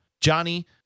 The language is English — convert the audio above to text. Johnny